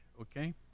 okay